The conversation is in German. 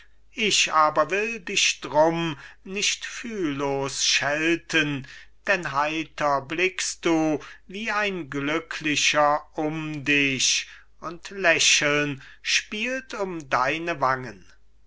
ich aber will dich drum nicht fühllos schelten denn heiter blickst du wie ein glücklicher um dich und lächeln spielt um deine wangen